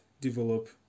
develop